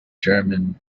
german